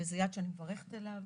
וזה יעד שאני מברכת עליו.